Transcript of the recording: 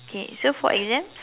okay so for exam